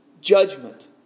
judgment